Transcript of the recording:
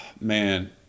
Man